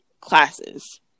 classes